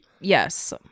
Yes